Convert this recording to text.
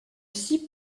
six